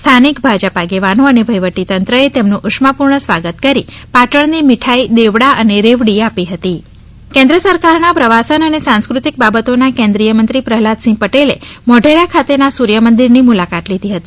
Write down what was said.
સ્થાનિક ભાજપ આગેવાનો અને વહીવટી તંત્રએ તેમનુ ઉષ્માપૂર્ણ સ્વાગત કરી પાટણ ની મીઠાઈ દેવડા અને રેવડી આપી હતી પ્રદીપસિંહ કેન્દ્ર સરકારના પ્રવાસન અને સાંસ્કૃતિક બાબતોના કેન્દ્રીયમંત્રી પ્રહલાદસિંહ પટેલે મોઢેરા ખાતેના સૂર્યમંદિરની મુલાકાત લીધી હતી